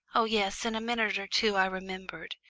oh yes, in a minute or two i remembered.